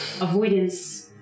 avoidance